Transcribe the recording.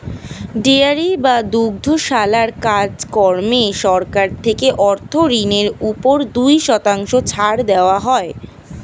dairy বা দুগ্ধশালার কাজ কর্মে সরকার থেকে অর্থ ঋণের উপর দুই শতাংশ ছাড় দেওয়া হয়